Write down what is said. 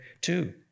two